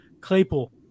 Claypool